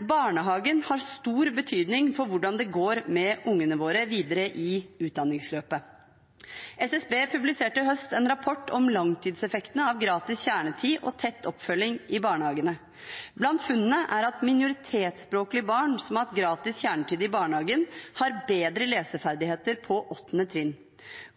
Barnehagen har stor betydning for hvordan det går med ungene våre videre i utdanningsløpet. SSB publiserte i høst en rapport om langtidseffektene av gratis kjernetid og tett oppfølging i barnehagene. Blant funnene er at minoritetsspråklige barn som har hatt gratis kjernetid i barnehagen, har bedre leseferdigheter på 8. trinn.